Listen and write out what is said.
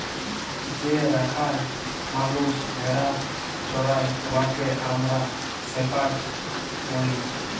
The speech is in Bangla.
যে রাখাল মালুস ভেড়া চরাই উয়াকে আমরা শেপাড় ব্যলি